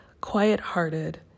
quiet-hearted